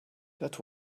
that